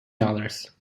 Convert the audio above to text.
dollars